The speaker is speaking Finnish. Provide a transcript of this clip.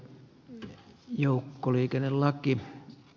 asian käsittely keskeytetään